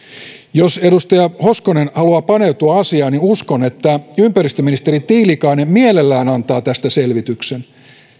jos edustaja hoskonen haluaa paneutua asiaan niin uskon että ympäristöministeri tiilikainen mielellään antaa tästä selvityksen